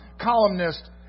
columnist